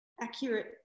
accurate